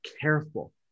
careful